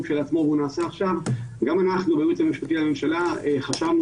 כשלעצמו והוא נעשה עכשיו בייעוץ המשפטי לממשלה חשבנו